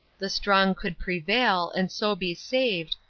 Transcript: the strong could prevail, and so be saved,